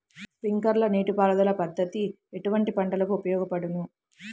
Sprinkler నీటిపారుదల పద్దతి ఎటువంటి పంటలకు ఉపయోగపడును?